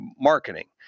marketing